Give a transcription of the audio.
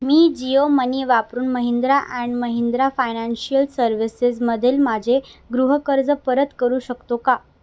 मी Jio money वापरून Mahindra and Mahindra financial सर्व्हिसेसमधील माझे गृहकर्ज परत करू शकतो का